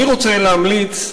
אני רוצה להמליץ,